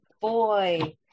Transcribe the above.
boy